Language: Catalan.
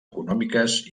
econòmiques